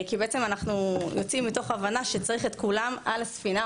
כי בעצם אנחנו יוצאים מתוך הבנה שצריך את כולם על הספינה,